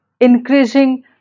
increasing